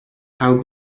how